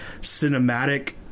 cinematic